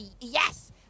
Yes